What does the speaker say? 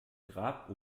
grab